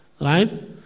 Right